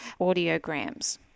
audiograms